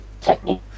technique